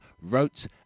wrote